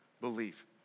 Belief